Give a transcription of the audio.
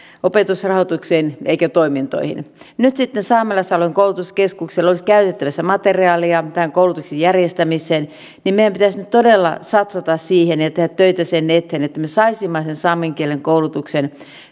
opetusrahoitukseen eikä toimintoihin nyt kun sitten saamelaisalueen koulutuskeskuksella olisi käytettävissä materiaalia tähän koulutuksen järjestämiseen niin meidän pitäisi nyt todella satsata siihen ja tehdä töitä sen eteen että me me saisimme sen saamen kielen koulutuksen